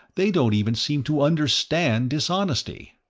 they don't even seem to understand dishonesty.